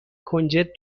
کنجد